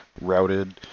routed